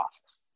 office